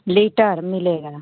litre मिलेगा